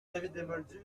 rideaux